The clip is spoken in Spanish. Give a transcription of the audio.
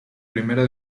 primera